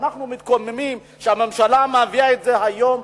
אנחנו מתקוממים על כך שהממשלה מביאה את זה היום,